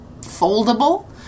foldable